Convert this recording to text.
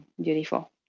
Beautiful